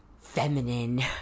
feminine